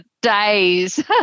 days